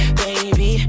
baby